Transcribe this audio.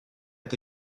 est